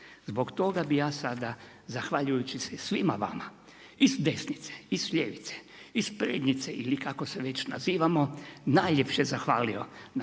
Zbog toga bi ja sada zahvaljujući se svima vama i s desnice i s ljevice i s prednjice ili kako se već nazivamo najljepše zahvalio na